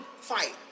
fight